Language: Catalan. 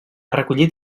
recollit